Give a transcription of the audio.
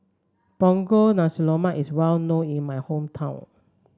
Punggol Nasi Lemak is well known in my hometown